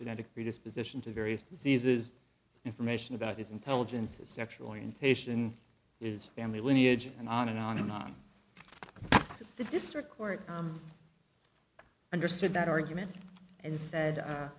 genetic predisposition to various diseases information about his intelligence his sexual orientation is family lineage and on and on and on the district court i understood that argument and said